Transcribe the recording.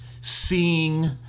seeing